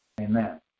Amen